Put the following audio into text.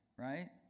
Right